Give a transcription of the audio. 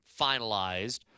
finalized